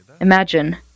Imagine